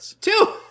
Two